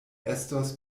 estos